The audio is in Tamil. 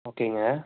ஓகேங்க